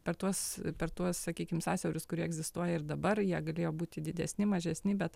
per tuos per tuos sakykim sąsiaurius kurie egzistuoja ir dabar jie galėjo būti didesni mažesni bet